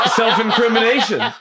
self-incrimination